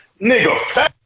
Nigga